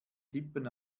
tippen